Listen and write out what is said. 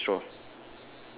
ya there's a straw